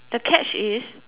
the catch is